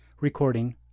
Recording